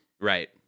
Right